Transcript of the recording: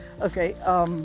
Okay